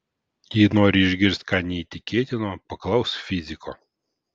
jei nori išgirsti ką neįtikėtino paklausk fiziko